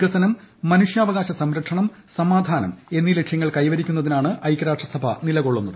വികസനം മനുഷ്യാവകാശ സംരക്ഷണം സമാധാനം എന്നീ ലക്ഷൃങ്ങൾ കൈവരിക്കുന്നതിനാണ് ഐക്യരാഷ്ട്രസഭ നിലകൊള്ളുന്നത്